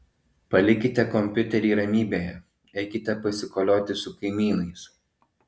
palikite kompiuterį ramybėje eikite pasikolioti su kaimynais